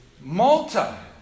Malta